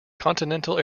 continental